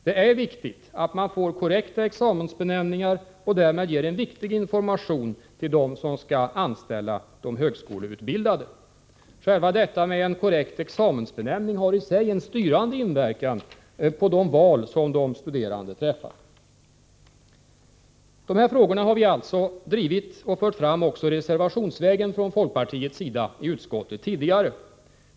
Det är viktigt att man får korrekta examensbenämningar och därmed ger en riktig information till dem som skall anställa de högskoleutbildade. En korrekt examensbenämning har i sig en styrande inverkan på de val som de studerande träffar. De här frågorna har vi från folkpartiets sida alltså tidigare drivit och fört fram också reservationsvägen i utskottet.